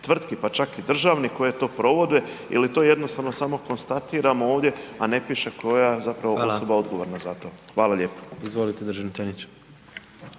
tvrtki, pa čak i državnih koje to provode ili to jednostavno samo konstatiramo ovdje a ne piše koja je zapravo osoba odgovorna za to. Hvala lijepo. **Jandroković,